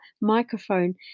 microphone